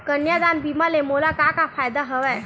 कन्यादान बीमा ले मोला का का फ़ायदा हवय?